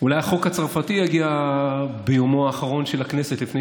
אולי החוק הצרפתי יגיע ביומה האחרון של הכנסת לפני